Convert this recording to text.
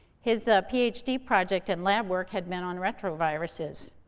his ph d. project and lab work had been on retroviruses.